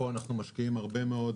פה אנחנו משקיעים הרבה מאוד